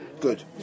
good